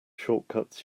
shortcuts